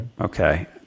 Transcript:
Okay